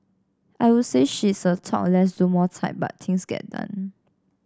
I would say she's a talk less do more type but things get done